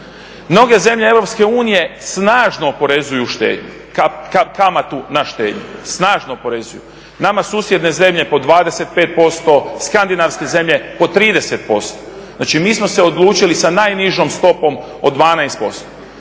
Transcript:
unije snažno oporezuju štednju, kamatu na štednju, snažno oporezuju. Nama susjedne zemlje po 25%, skandinavske zemlje po 30%. Znači mi smo se odlučili sa najnižom stopom od 12%.